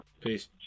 peace